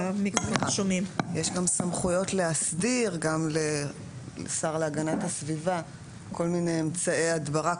יש סמכויות להסדיר גם לשר להגנת הסביבה כל מיני אמצעי הדברה.